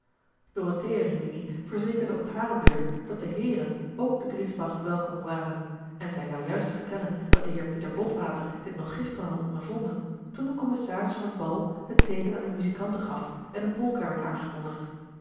dorothea rimini verzekerde op hare beurt dat de heeren ook te griesbach welkom waren en zij zou juist vertellen dat de heer pieter botwater dit nog gisteren had ondervonden toen de commissaris van het bal het teeken aan de muzikanten gaf en een polka werd aangekondigd